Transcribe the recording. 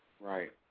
Right